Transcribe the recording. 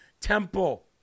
temple